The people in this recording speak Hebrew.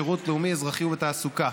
בשירות לאומי-אזרחי ובתעסוקה.